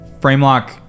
Framelock